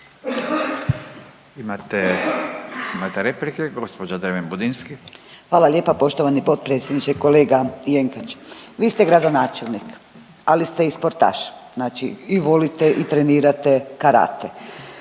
**Dreven Budinski, Nadica (HDZ)** Hvala lijepa poštovani potpredsjedniče. Kolega Jenkač vi ste gradonačelnik, ali ste i sportaš. Znači i volite i trenirate karate.